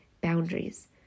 boundaries